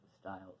styles